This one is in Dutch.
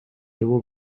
dubbel